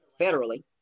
federally